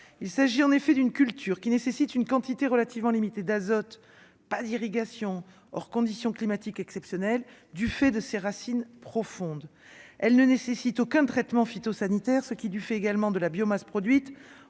il s'agit en effet d'une culture qui nécessitent une quantité relativement limitée d'azote pas irrigation or conditions climatiques exceptionnelles du fait de ses racines profondes, elle ne nécessite aucun traitement phytosanitaire, ce qui lui fait également de la biomasse produite